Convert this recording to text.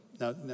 now